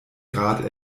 grad